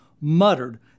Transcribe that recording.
muttered